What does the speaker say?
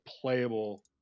playable